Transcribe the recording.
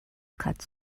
cut